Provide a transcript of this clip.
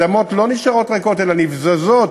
ואדמות לא נשארות ריקות אלא נבזזות